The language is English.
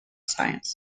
science